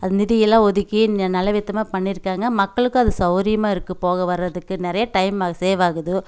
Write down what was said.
அது நிதி எல்லாம் ஒதுக்கி ஞ நல்ல விதமாக பண்ணியிருக்காங்க மக்களுக்கும் அது சவுரியமாக இருக்குது போக வரதுக்கு நிறைய டைம் சேவ் ஆகுது